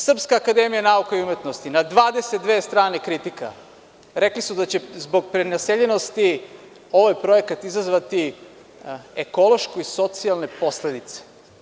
Srpska akademija nauka i umetnosti na 22 strane kritika rekla je da će zbog prenaseljenosti ovaj projekat izazvati ekološke i socijalne posledice.